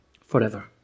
forever